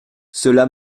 cela